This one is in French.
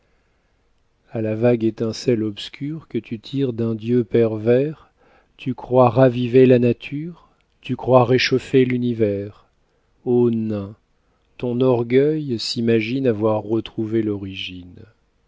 à la vague étincelle obscure que tu tires d'un dieu pervers tu crois raviver la nature tu crois réchauffer l'univers ô nain ton orgueil s'imagine avoir retrouvé l'origine